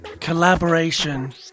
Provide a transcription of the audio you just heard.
collaboration